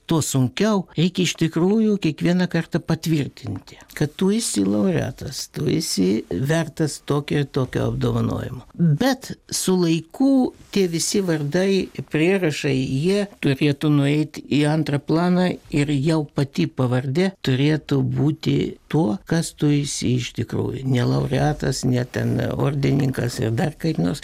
tuo sunkiau reikia iš tikrųjų kiekvieną kartą patvirtinti kad tu esi laureatas tu esi vertas tokio ir tokio apdovanojimo bet su laiku tie visi vardai ir prierašai jie turėtų nueit į antrą planą ir jau pati pavardė turėtų būti tuo kas tu esi iš tikrųjų ne laureatas ne ten ordininkas ir dar kaip nors